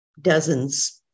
dozens